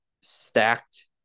stacked